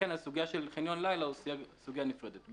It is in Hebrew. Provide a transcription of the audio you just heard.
לכן הסוגיה של חניון לילה היא סוגיה נפרדת.